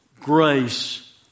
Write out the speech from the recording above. grace